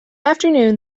afternoon